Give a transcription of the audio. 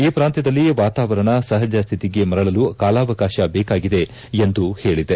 ಈ ಪ್ರಾಂತ್ಯದಲ್ಲಿ ವಾತಾವರಣ ಸಹಜ ಸ್ಥಿತಿಗೆ ಮರಳಲು ಕಾಲಾವಕಾಶ ಬೇಕಾಗಿದೆ ಎಂದು ಹೇಳಿದೆ